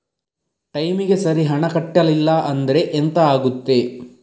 ಟೈಮಿಗೆ ಸರಿ ಹಣ ಕಟ್ಟಲಿಲ್ಲ ಅಂದ್ರೆ ಎಂಥ ಆಗುತ್ತೆ?